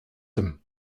them